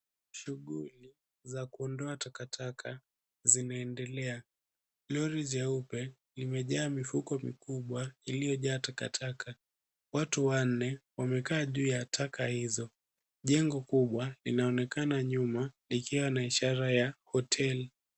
Shughuli za kuondoa takataka zinaendelea. Lori jeupe, limejaa mifuko mikubwa iliyojaa takataka. Watu wanne wamekaa juu ya taka hizo. Jengo kubwa linaonekana nyuma likiwa na ishara ya hoteli.